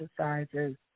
exercises